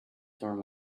turn